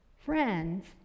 friends